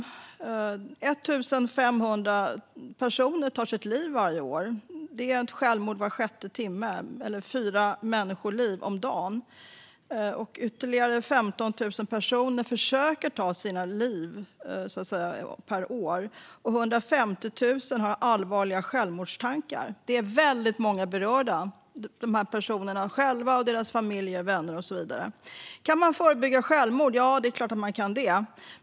Varje år tar 1 500 personer sitt liv. Det är ett självmord var sjätte timme, eller fyra människoliv om dagen. Ytterligare 15 000 personer per år försöker att ta sitt liv och 150 000 har allvarliga självmordstankar. Många är alltså berörda, personerna själva och deras familjer, vänner och så vidare. Kan man förebygga självmord? Ja, det är klart att man kan.